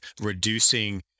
reducing